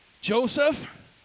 Joseph